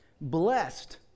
Blessed